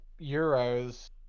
euros